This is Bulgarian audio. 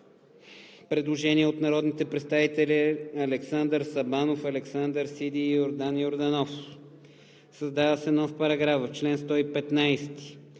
Предложение на народните представители Александър Сабанов, Александър Сиди и Йордан Йорданов. „Създава се нов параграф: „В чл. 115: